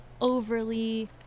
overly